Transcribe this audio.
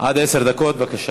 עד עשר דקות, בבקשה.